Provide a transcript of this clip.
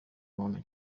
muntu